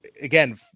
again